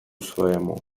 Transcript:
своему